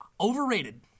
Overrated